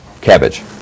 cabbage